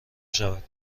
شود